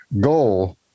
goal